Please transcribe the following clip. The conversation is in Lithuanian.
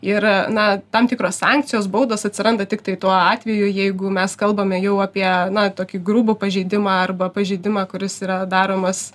ir na tam tikros sankcijos baudos atsiranda tiktai tuo atveju jeigu mes kalbame jau apie tokį grubų pažeidimą arba pažeidimą kuris yra daromas